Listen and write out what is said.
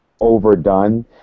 overdone